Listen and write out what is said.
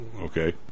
Okay